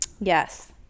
Yes